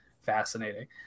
fascinating